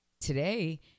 today